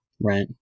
Right